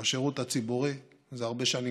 בשירות הציבורי, זה כבר הרבה שנים,